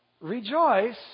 Rejoice